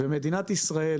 מדינת ישראל,